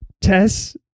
Tess